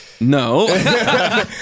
no